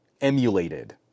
emulated